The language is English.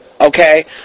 Okay